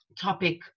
topic